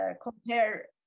compare